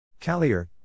Callier